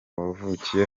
bavukiye